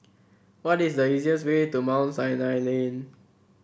what is the easiest way to Mount Sinai Lane